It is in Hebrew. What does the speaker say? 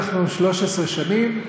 13 שנים,